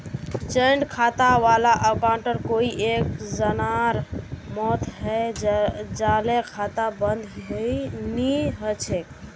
joint खाता वाला अकाउंटत कोई एक जनार मौत हैं जाले खाता बंद नी हछेक